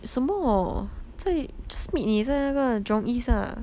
什么在就是 meet 你在那个 jurong east ah